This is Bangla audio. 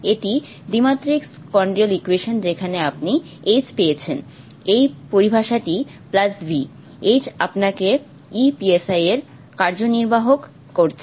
এটি দ্বিমাত্রিক স্ক্রডিঙ্গার সমীকরণ যেখানে আপনি H পেয়েছেন এই পরিভাষাটি V H আপনাকে E এর কার্যনির্বাহক করছে